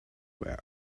were